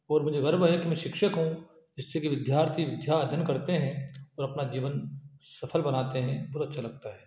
और मुझे गर्व है कि मैं शिक्षक हूँ जिससे कि विद्यार्थी विद्या अध्ययन करते हैं और अपना जीवन सफल बनाते हैं बहुत अच्छा लगता है